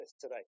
today